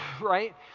right